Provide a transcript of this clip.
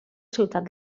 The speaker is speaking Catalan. ciutat